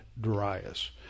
Darius